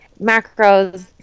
macros